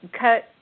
cut